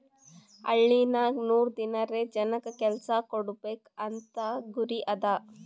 ಹಳ್ಳಿನಾಗ್ ನೂರ್ ದಿನಾರೆ ಜನಕ್ ಕೆಲ್ಸಾ ಕೊಡ್ಬೇಕ್ ಅಂತ ಗುರಿ ಅದಾ